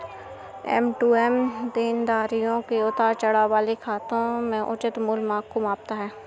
M to M देनदारियों में उतार चढ़ाव वाले खातों के उचित मूल्य को मापता है